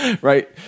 Right